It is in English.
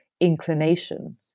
inclination